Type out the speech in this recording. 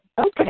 Okay